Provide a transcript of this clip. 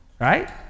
right